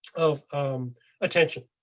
of um attention.